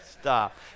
stop